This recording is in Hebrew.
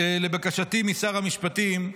לבקשתי משר המשפטים,